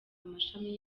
amashami